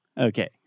Okay